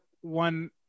one